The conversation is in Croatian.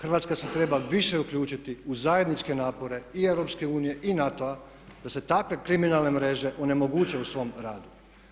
Hrvatska se treba više uključiti u zajedničke napore i EU i NATO-a da se takve kriminalne mreže onemoguće u svom radu.